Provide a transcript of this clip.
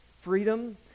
freedom